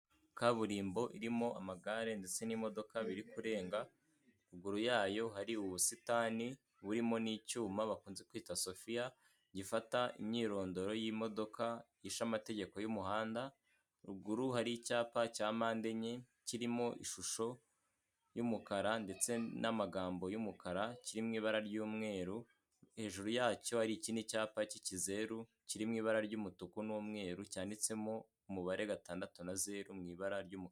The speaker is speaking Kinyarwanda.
Kaburimbo irimo amagare ndetse n'imodoka biri kurenga ruguru yayo hari ubusitani burimo n'icyuma bakunze kwita sofiya gifata imyirondoro y'imodoka yishe amategeko y'umuhanda, ruguru hari icyapa cya mpande enye kirimo ishusho y'umukara ndetse n'amagambo y'umukara kiri mu ibara ry'umweru, hejuru yacyo hari ikindi cyapa k'ikizeru kiri mu ibara ry'umutuku n'umweru cyanditsemo umubare gatandatu na zeru mu ibara ry'umukara.